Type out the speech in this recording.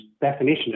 definition